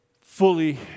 fully